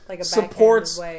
supports